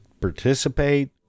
participate